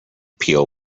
peel